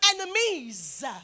enemies